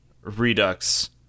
redux